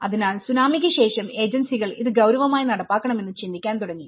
അതിനാൽ സുനാമിക്ക് ശേഷം ഏജൻസികൾഇത് ഗൌരവമായി നടപ്പാക്കണമെന്ന് ചിന്തിക്കാൻ തുടങ്ങി